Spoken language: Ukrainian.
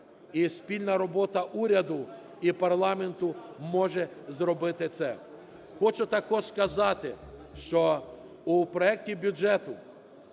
І спільна робота уряду і парламенту може зробити це. Хочу також сказати, що у проекті бюджету